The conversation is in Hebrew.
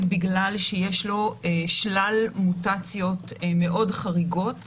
בגלל שיש לו שלל מוטציות מאוד חריגות